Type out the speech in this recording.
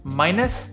minus